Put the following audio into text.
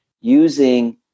using